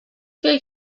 فکر